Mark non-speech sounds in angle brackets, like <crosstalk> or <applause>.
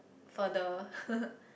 further <laughs>